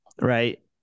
right